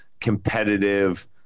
competitive